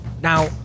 Now